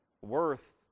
worth